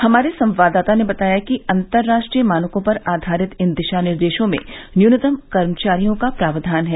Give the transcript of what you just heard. हमारे संवाददाता ने बताया है कि अंतर्राष्ट्रीय मानकों पर आधारित इन दिशा निर्देशों में न्यूनतम कर्मचारियों का प्रावधान है